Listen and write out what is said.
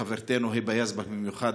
חברתנו היבה יזבק במיוחד,